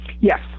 Yes